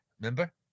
remember